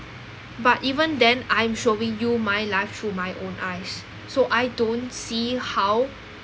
but even then I'm showing you my life through my own eyes so I don't see how